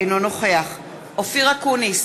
אינו נוכח אופיר אקוניס,